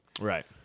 Right